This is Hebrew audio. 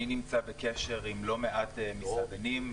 אני נמצא בקשר עם לא מעט מסעדנים.